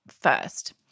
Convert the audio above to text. first